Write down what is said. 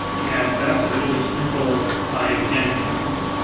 and that's a really simple buy it again interface